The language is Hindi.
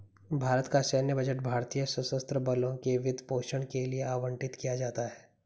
भारत का सैन्य बजट भारतीय सशस्त्र बलों के वित्त पोषण के लिए आवंटित किया जाता है